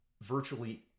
virtually